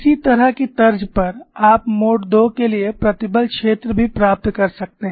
इसी तरह की तर्ज पर आप मोड II के लिए प्रतिबल क्षेत्र भी प्राप्त कर सकते हैं